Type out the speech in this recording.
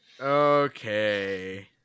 Okay